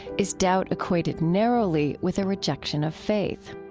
is doubt equated narrowly with a rejection of faith.